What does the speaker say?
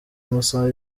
amasaha